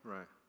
Right